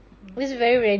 mm